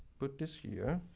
put this here,